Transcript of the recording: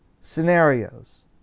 scenarios